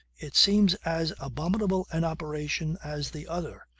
it seems as abominable an operation as the other,